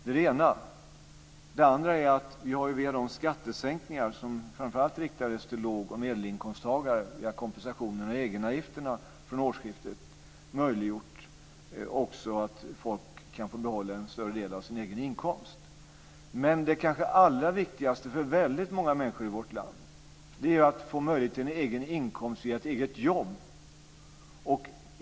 Det andra är att vi via de skattesänkningar som framför allt riktades till låg och medelinkomsttagare via kompensationen av egenavgifterna från årsskiftet har möjliggjort att folk kan få behålla en större del av sin egen inkomst. Men det kanske allra viktigaste för väldigt många människor i vårt land är att få möjlighet till en egen inkomst via ett eget jobb.